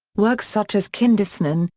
works such as kinderszenen,